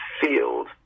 field